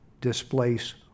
displace